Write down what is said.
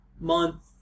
month